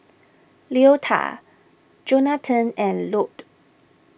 Leota Jonatan and Lorne